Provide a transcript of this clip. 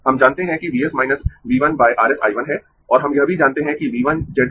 हम जानते है कि V s V 1 R s I 1 है और हम यह भी जानते है कि V 1 Z 1 1 I 1 है क्योंकि I 2 0 है